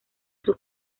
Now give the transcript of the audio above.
sus